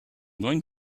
going